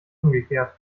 umgekehrt